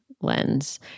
lens